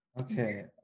Okay